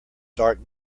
dark